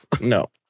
No